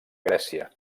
grècia